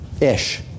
Ish